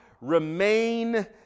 Remain